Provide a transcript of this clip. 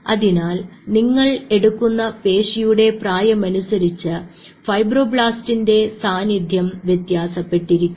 അതിനാൽ നിങ്ങൾ എടുക്കുന്ന പേശിയുടെ പ്രായമനുസരിച്ച് ഫൈബ്രോബ്ലാസ്റ്റിന്റെ സാന്നിധ്യവും വ്യത്യാസപ്പെട്ടിരിക്കുന്നു